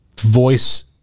voice